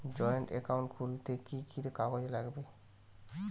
Joint account খুলতে কি কি কাগজ লাগবে?